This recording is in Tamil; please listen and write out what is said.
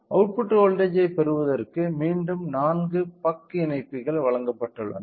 அவுட்புட் வோல்ட்டேஜ் பெறுவதற்கு மீண்டும் 4 பக் இணைப்பிகள் வழங்கப்பட்டுள்ளன